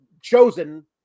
chosen